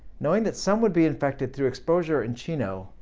knowing that some would be infected through exposure in chino,